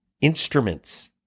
instruments